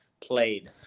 played